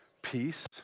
Peace